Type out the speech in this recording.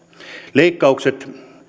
leikkaukset